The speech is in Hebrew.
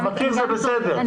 אני